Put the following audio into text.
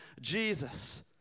Jesus